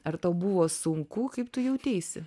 ar tau buvo sunku kaip tu jauteisi